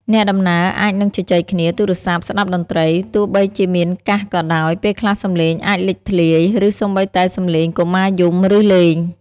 អ្នកដំណើរអាចនឹងជជែកគ្នា ទូរស័ព្ទ ស្តាប់តន្ត្រី ទោះបីជាមានកាសក៏ដោយ ពេលខ្លះសំឡេងអាចលេចធ្លាយ ឬសូម្បីតែសំឡេងកុមារយំ ឬលេង។